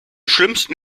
schlimmsten